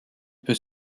peut